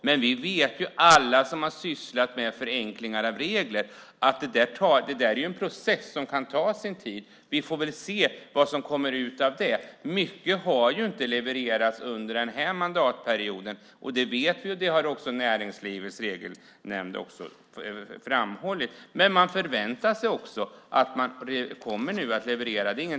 Men alla vi som har sysslat med förenklingar av regler vet att detta är en process som kan ta sin tid. Vi får väl se vad som kommer ut av det. Det är mycket som inte har levererats under denna mandatperiod. Det har också Näringslivets regelnämnd framhållit. Men många förväntar sig att man nu kommer att leverera.